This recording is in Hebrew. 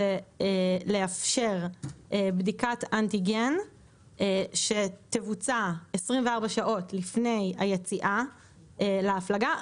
זה לאפשר בדיקת אנטיגן שתבוצע 24 שעות לפני היציאה להפלגה,